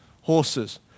horses